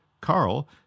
Carl